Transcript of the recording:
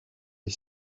est